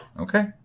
Okay